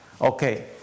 Okay